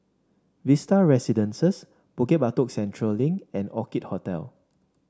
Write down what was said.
Vista Residences Bukit Batok Central Link and Orchid Hotel